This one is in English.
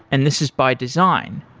and this is by design,